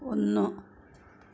ഒന്ന്